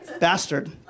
Bastard